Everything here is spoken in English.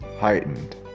heightened